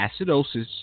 acidosis